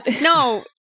No